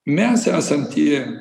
mes esam tie